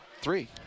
three